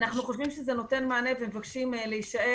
אנחנו חושבים שזה מענה ומבקשים להישאר